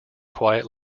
quiet